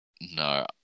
No